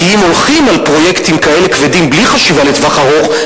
כי אם הולכים על פרויקטים כאלה כבדים בלי חשיבה לטווח ארוך,